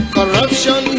Corruption